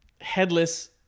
headless